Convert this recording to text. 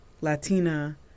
Latina